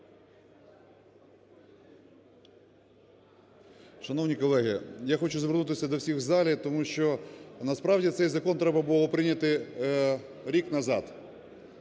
Шановні колеги, я хочу звернутися до всіх в залі, тому що насправді цей закон треба було прийняти рік назад.